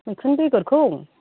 मैखुन बेगरखौ